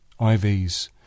IVs